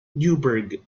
newburgh